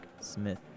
Smith